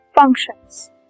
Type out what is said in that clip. functions